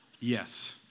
Yes